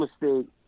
mistake